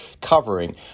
covering